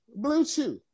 Bluetooth